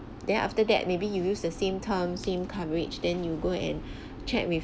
then after that maybe you use the same term same coverage then you go and chat with